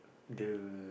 the